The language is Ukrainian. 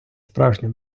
справжня